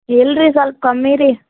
ಇಲ್ಲ ರೀ ಸೋಲ್ಪ ಕಮ್ಮಿ ರೀ